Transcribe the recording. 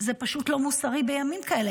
זה פשוט לא מוסרי בימים כאלה.